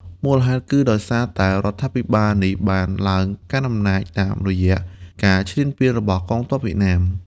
មូលហេតុគឺដោយសារតែរដ្ឋាភិបាលនេះបានឡើងកាន់អំណាចតាមរយៈការឈ្លានពានរបស់កងទ័ពវៀតណាម។